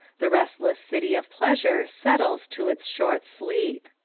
the restless city of pleasure settles to its short sleep.